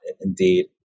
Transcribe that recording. indeed